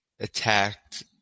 attacked